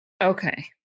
Okay